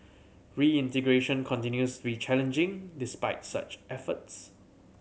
reintegration continues be challenging despite such efforts